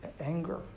anger